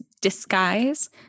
disguise